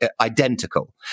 identical